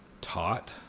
taught